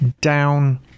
down